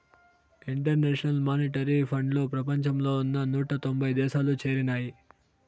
international monetary ఫండ్లో ప్రపంచంలో ఉన్న నూట తొంభై దేశాలు చేరినాయి